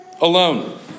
alone